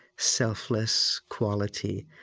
selfless quality.